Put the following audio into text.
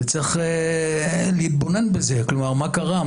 צריך להתבונן בזה ולשאול מה קרה.